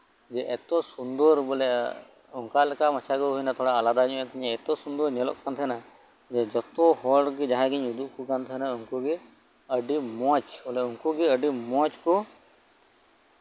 ᱡᱮ ᱮᱛᱚ ᱥᱩᱱᱫᱚᱨ ᱡᱮ ᱚᱱᱠᱟ ᱢᱟᱪᱟ ᱫᱚ ᱵᱟᱝ ᱛᱷᱚᱲᱟ ᱟᱞᱟᱫᱟ ᱧᱚᱜ ᱮᱱ ᱛᱤᱧᱟᱹ ᱮᱛᱚ ᱥᱩᱱᱫᱚᱨ ᱧᱮᱞᱚᱜ ᱠᱟᱱ ᱛᱟᱦᱮᱸᱱᱟ ᱡᱮ ᱡᱚᱛᱚ ᱦᱚᱲ ᱡᱟᱦᱟᱸᱭ ᱜᱤᱧ ᱩᱫᱩᱜ ᱟᱠᱚ ᱠᱟᱱ ᱛᱟᱦᱮᱸᱱᱟ ᱩᱱᱠᱩ ᱜᱮ ᱟᱹᱰᱤ ᱢᱚᱸᱡ ᱵᱚᱞᱮ ᱩᱱᱠᱩ ᱜᱮ ᱟᱹᱰᱤ ᱢᱚᱸᱡ ᱠᱩ